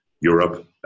Europe